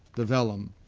the vellum,